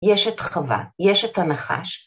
‫יש את חווה, יש את הנחש.